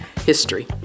history